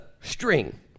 string